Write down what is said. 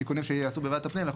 תיקונים שיעשו בוועדת הפנים אנחנו